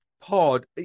Pod